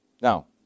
Now